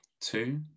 two